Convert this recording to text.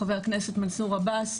ח"כ מנסור עבאס,